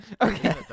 Okay